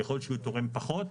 ככל שהוא תורם פחות,